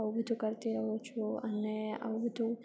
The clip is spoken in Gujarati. આવું બધું કરતી રહું છું અને આવું બધું